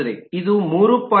ಇದು 3